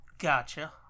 Gotcha